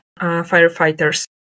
firefighters